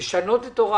לשנותה?